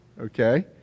Okay